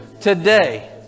today